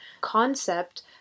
concept